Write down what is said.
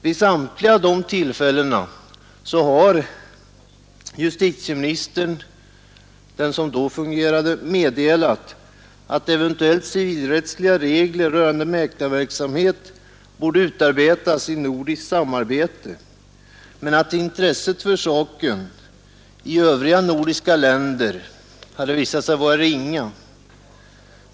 Vid samtliga tillfällen har den då fungerande justitieministern meddelat att eventuella civilrättsliga regler rörande mäklarverksamhet borde utarbetas i nordiskt samarbete men att intresset för saken i övriga nordiska länder hade visat sig vara ringa.